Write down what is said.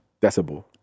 Decibel